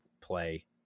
play